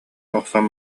охсон